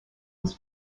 was